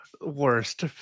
Worst